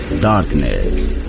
Darkness